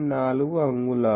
4 అంగుళాలు